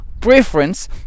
preference